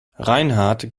reinhardt